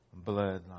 bloodline